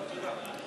לא, תודה.